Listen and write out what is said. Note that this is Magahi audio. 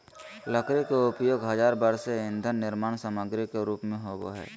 लकड़ी के उपयोग हजार वर्ष से ईंधन निर्माण सामग्री के रूप में होबो हइ